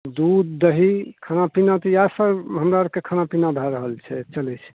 दूध दही खाना पीना तऽ इएहसब हमरा आरके खाना पीना भए रहल छै चलै छै